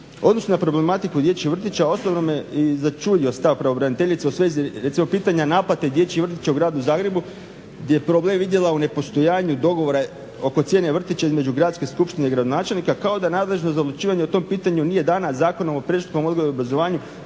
Odnos na problematiku dječjih vrtića osobno me i začudio stav pravobraniteljice u svezi recimo pitanja naplate dječjih vrtića u Gradu Zagrebu gdje je problem vidjela u nepostojanju dogovora oko cijene vrtića između Gradske skupštine i gradonačelnika kao da nadležnost za odlučivanje o tom pitanju nije dana Zakonom o predškolskom odgoju i obrazovanju